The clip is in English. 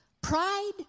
Pride